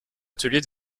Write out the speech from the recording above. ateliers